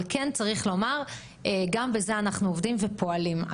אבל כן צריך לומר: גם בזה אנחנו עובדים ופועלים.